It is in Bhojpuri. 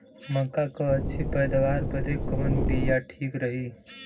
मक्का क अच्छी पैदावार बदे कवन बिया ठीक रही?